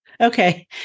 Okay